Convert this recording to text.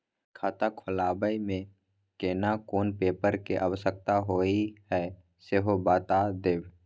खाता खोलैबय में केना कोन पेपर के आवश्यकता होए हैं सेहो बता देब?